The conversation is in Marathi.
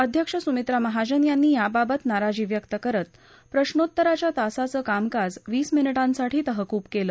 अध्यक्ष सुमित्रा महाजन यांनी याबाबत नाराजी व्यक्त करत प्रश्रोत्तराच्या तासाचं कामकाज वीस मिनिटांसाठी तहकूब केलं